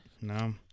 No